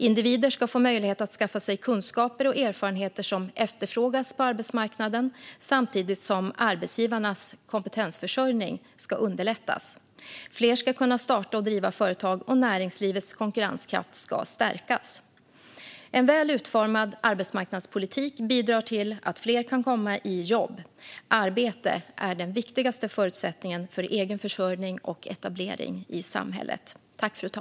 Individer ska få möjlighet att skaffa sig kunskaper och erfarenheter som efterfrågas på arbetsmarknaden samtidigt som arbetsgivarnas kompetensförsörjning ska underlättas. Fler ska kunna starta och driva företag, och näringslivets konkurrenskraft ska stärkas. En väl utformad aktiv arbetsmarknadspolitik bidrar till att fler kan komma i jobb. Arbete är den viktigaste förutsättningen för egen försörjning och etablering i samhället.